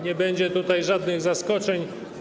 Nie będzie tutaj żadnych zaskoczeń.